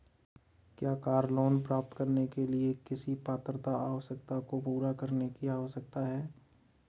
क्या car loan प्राप्त करने के लिए किसी पात्रता आवश्यकता को पूरा करने की आवश्यकता है?